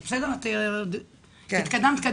את התקדמת.